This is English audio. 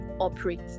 operate